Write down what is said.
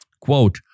Quote